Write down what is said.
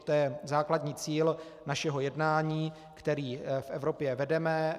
To je základní cíl našeho jednání, které v Evropě vedeme.